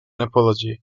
apology